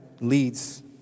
leads